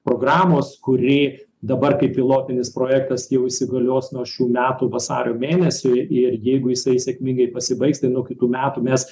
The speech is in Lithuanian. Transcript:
programos kuri dabar kaip pilotinis projektas jau įsigalios nuo šių metų vasario mėnesiui ir jeigu jisai sėkmingai pasibaigs tai nuo kitų metų mes